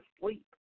sleep